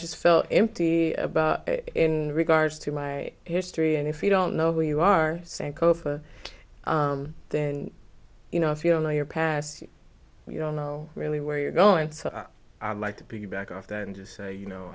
just felt empty about in regards to my history and if you don't know who you are saying cofa then you know if you don't know your past you don't know really where you're going so i like to piggyback off that and to say you know